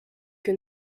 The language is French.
que